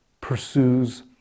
pursues